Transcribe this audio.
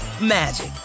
magic